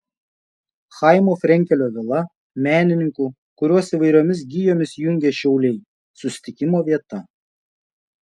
chaimo frenkelio vila menininkų kuriuos įvairiomis gijomis jungia šiauliai susitikimo vieta